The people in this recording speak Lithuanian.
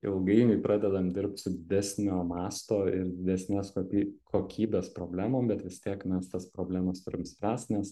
ilgainiui pradedam dirbt su didesnio masto ir didesnės koky kokybės problemom bet vis tiek mes tas problemas turim spręst nes